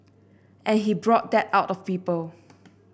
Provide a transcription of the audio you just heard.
and he brought that out of people